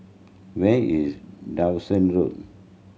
where is Dawson Road